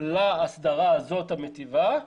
להסדרה הזאת המיטיבה,